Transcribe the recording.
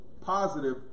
positive